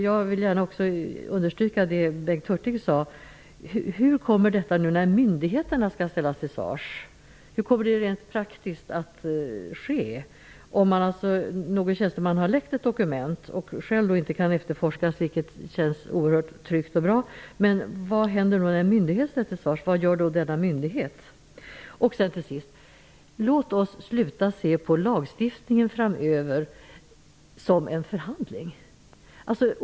Jag vill gärna också instämma i Bengt Hurtigs fråga: När myndigheterna skall ställas till svars -- hur kommer det rent praktiskt att gå till? Om någon tjänsteman har ''läckt'' ett dokument och hans identitet inte kan efterforskas -- det känns oerhört tryggt och bra -- vad gör då den myndighet som ställs till svars? Till sist: Låt oss sluta se på lagstiftningen som en förhandling!